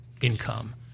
income